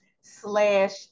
slash